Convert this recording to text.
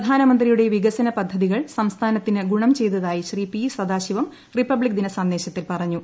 പ്രധാനമന്ത്രിയുടെ വികസന പദ്ധതികൾ സംസ്ഥാനത്തിന് ഗുണം ചെയ്തതായി ശ്രീ പി സദാശിവം റിപ്പബ്ലിക് ദിന സന്ദേശത്തിൽ പറഞ്ഞു